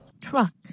truck